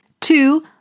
Two